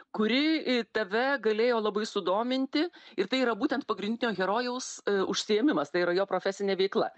kuri tave galėjo labai sudominti ir tai yra būtent pagrindinio herojaus užsiėmimas tai yra jo profesinė veikla